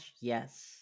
Yes